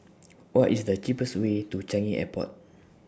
What IS The cheapest Way to Changi Airport